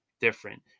different